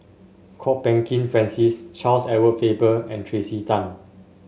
Kwok Peng Kin Francis Charles Edward Faber and Tracey Tan